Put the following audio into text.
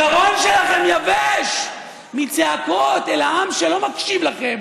הגרון שלכם יבש מצעקות אל העם שלא מקשיב לכם,